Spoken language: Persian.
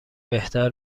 بهتر